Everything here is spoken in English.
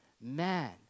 Man